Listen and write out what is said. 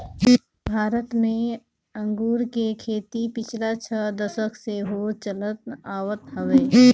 भारत में अंगूर के खेती पिछला छह दशक से होत चलत आवत हवे